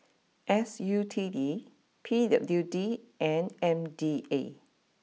S U T D P W D and M D A